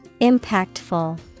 Impactful